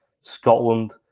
Scotland